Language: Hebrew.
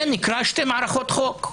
זה נקרא שתי מערכות חוק.